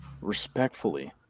Respectfully